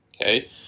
Okay